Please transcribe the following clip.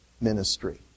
ministry